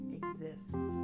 exists